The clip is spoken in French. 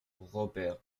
robert